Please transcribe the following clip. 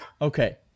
okay